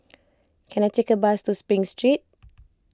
can I take a bus to Spring Street